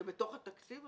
זה בתוך התקציב.